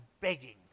begging